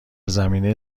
زمینه